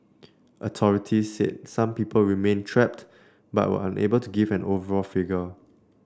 authorities said some people remained trapped but were unable to give an overall figure